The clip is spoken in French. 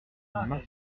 martial